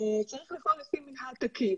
צריך להיות מינהל תקין.